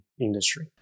industry